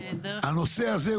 האזרח פשוט תקוע.